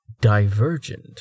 Divergent